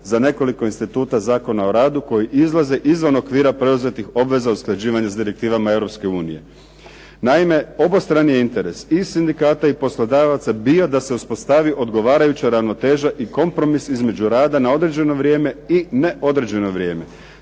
za nekoliko instituta Zakona o radu koje izlazi izvan okvira preuzetih obveza usklađivanja sa direktivama Europske unije. Naime, obostrani interes i sindikata i poslodavaca bio da se uspostavi odgovarajuća ravnoteža i kompromis između rada na određeno vrijeme i neodređeno vrijeme,